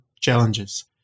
challenges